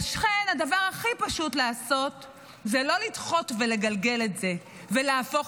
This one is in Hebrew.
לכן הדבר הכי פשוט לעשות זה לא לדחות ולגלגל את זה ולהפוך